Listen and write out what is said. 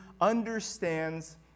understands